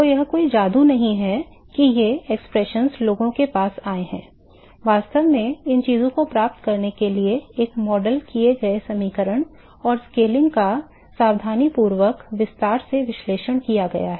तो यह कोई जादू नहीं है कि ये भाव लोगों के पास आए हैं वास्तव में इन चीजों को प्राप्त करने के लिए मॉडल किए गए समीकरण और स्केलिंग का सावधानीपूर्वक विस्तार से विश्लेषण किया है